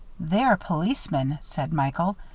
they're policemen, said michael.